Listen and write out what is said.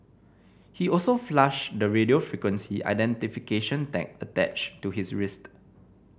he also flushed the radio frequency identification tag attached to his wrist